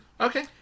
Okay